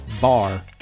bar